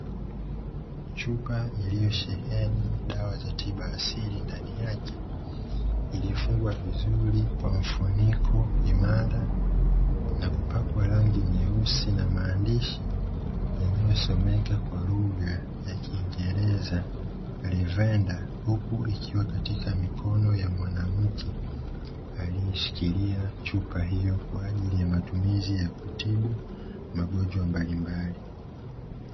Chupa iliyosheheni dawa za tiba asili ndani yake ilifungwa vizuri kwa mfuniko imara, na kupakwa rangi nyeusi na maandishi yanayosomeka kwa lugha ya kiingereza "LAVENDER". Huku ikiwa katika mikono ya mwanamke aliyeshikilia chupa hiyo kwa ajili ya matumizi ya kutibu magonjwa mbalimbali.